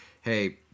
Hey